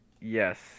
Yes